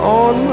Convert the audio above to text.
on